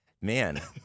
Man